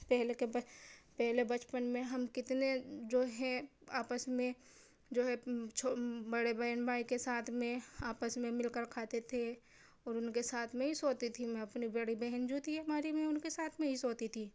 پہلے کے پہلے بچپن میں ہم کتنے جو ہیں آپس میں جو ہے بڑے بہن بھائی کے ساتھ میں آپس میں مل کر کھاتے تھے اور ان کے ساتھ میں ہی سوتی تھی میں اپنی بڑی بہن جو تھی ہماری میں ان کے ساتھ میں ہی سوتی تھی